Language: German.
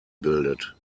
bildet